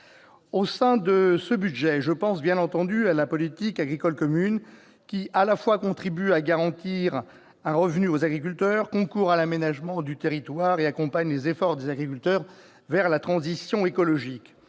l'égard de l'Union. Je pense bien entendu à la politique agricole commune, qui contribue à garantir un revenu aux agriculteurs, concourt à l'aménagement de notre territoire et accompagne les efforts des agriculteurs vers la transition écologique.